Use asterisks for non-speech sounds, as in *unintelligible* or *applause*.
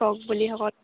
*unintelligible*